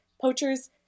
poachers